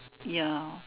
ya